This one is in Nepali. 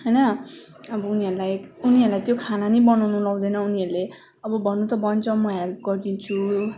होइन अब उनीहरूलाई उनीहरूलाई त्यो खाना नि बनाउनु लाउँदैनौँ उनीहरूले अब भन्नु त भन्छ म हेल्प गरिदिन्छु